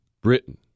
Britain